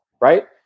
right